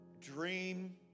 Dream